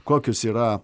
kokios yra